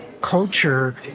culture